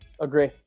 agree